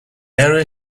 area